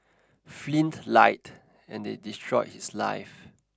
Flynn lied and they destroyed his life